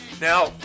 Now